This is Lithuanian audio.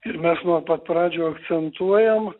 ir mes nuo pat pradžių akcentuojam